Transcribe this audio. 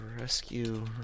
Rescue